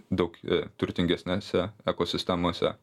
daug turtingesnėse ekosistemose